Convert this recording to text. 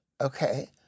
Okay